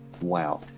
Wow